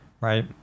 right